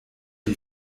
die